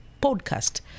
podcast